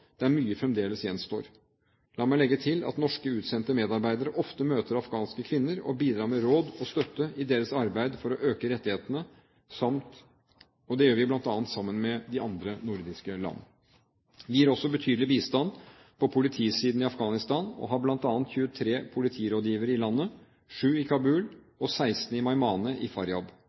der mye fremdeles gjenstår. La meg legge til at norske utsendte medarbeidere ofte møter afghanske kvinner og bidrar med råd og støtte i deres arbeid for å øke rettighetene, og det gjør vi bl.a. sammen med de andre nordiske land. Vi gir også betydelig bistand på politisiden i Afghanistan og har bl.a. 23 politirådgivere i landet, sju i Kabul og 16 i Meymaneh i Faryab.